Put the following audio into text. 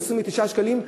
או 29 שקלים,